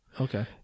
Okay